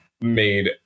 made